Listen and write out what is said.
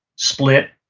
split,